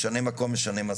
משנה מקום, משנה מזל.